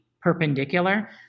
perpendicular